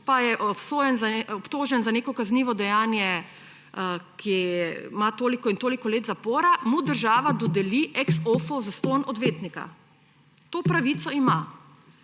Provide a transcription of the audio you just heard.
pa je obtožen za neko kaznivo dejanje, ki ima toliko in toliko let zapora, mu država dodeli ex offo zastonj odvetnika. To pravico ima.